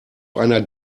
einer